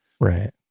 right